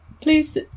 please